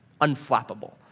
unflappable